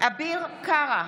אביר קארה,